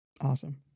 Awesome